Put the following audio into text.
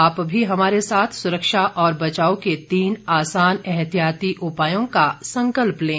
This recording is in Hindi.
आप भी हमारे साथ सुरक्षा और बचाव के तीन आसान एहतियाती उपायों का संकल्प लें